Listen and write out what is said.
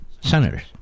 senators